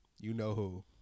you-know-who